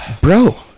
Bro